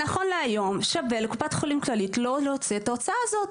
ונכון להיום שווה לקופת חולים כללית לא להוציא את ההוצאה הזאת.